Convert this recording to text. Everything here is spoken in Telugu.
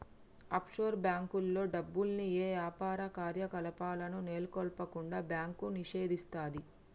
ఆఫ్షోర్ బ్యేంకుల్లో డబ్బుల్ని యే యాపార కార్యకలాపాలను నెలకొల్పకుండా బ్యాంకు నిషేధిస్తది